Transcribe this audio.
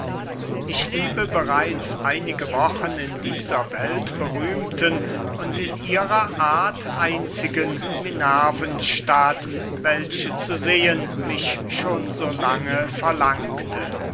ich lebe bereits einige wochen in dieser weltberühmten und in ihrer art einzigen minervenstadt welche zu sehen mich schon so lange verlangte